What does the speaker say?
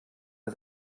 das